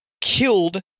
killed